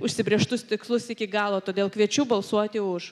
užsibrėžtus tikslus iki galo todėl kviečiu balsuoti už